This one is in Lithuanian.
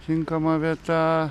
tinkama vieta